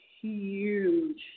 huge